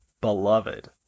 Beloved